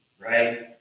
right